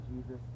Jesus